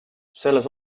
selles